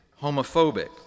homophobic